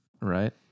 right